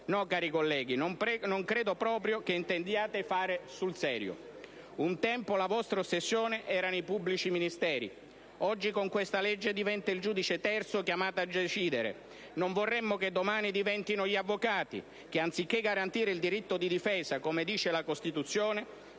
Cari colleghi, non credo proprio che intendiate fare sul serio. Un tempo la vostra ossessione erano i pubblici ministeri; oggi, con questo provvedimento, diventa il giudice terzo chiamato a decidere. Non vorremmo che domani diventino gli avvocati che, anziché garantire il diritto di difesa come stabilisce la Costituzione,